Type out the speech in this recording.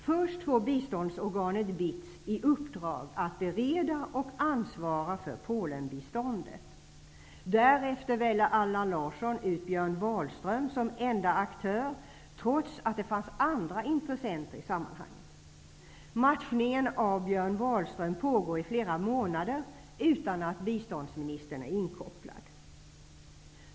Först får biståndsorganet BITS i uppdrag att bereda och ansvara för Polenbiståndet. Därefter väljer Allan Larsson ut Björn Wahlström som enda aktör, trots att det fanns andra intressenter i sammanhanget. Matchningen av Björn Wahlström pågår i flera månader utan att biståndsministern är inkopplad.